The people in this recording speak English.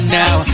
now